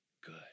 good